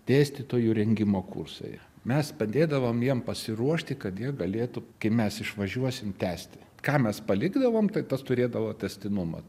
dėstytojų rengimo kursai mes padėdavom jiem pasiruošti kad jie galėtų kai mes išvažiuosim tęsti ką mes palikdavom tai tas turėdavo tęstinumą